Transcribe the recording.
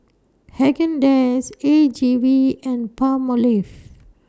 Haagen Dazs A G V and Palmolive